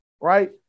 right